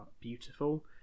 beautiful